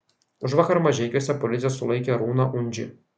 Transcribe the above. užvakar mažeikiuose policija sulaikė arūną undžį